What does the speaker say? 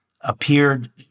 appeared